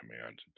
command